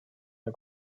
der